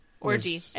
Orgy